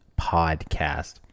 podcast